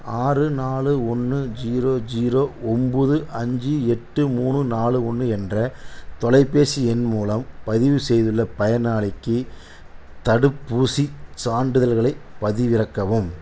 ஆறு நாலு ஒன்று ஜீரோ ஜீரோ ஒம்போது அஞ்சு எட்டு மூணு நாலு ஒன்று என்ற தொலைபேசி எண் மூலம் பதிவு செய்துள்ள பயனாளிக்கு தடுப்பூசி சான்றிதழ்களை பதிவிறக்கவும்